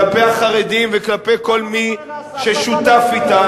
כלפי החרדים וכלפי כל מי ששותף אתם.